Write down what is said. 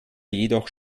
jedoch